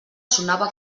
sonava